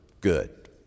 good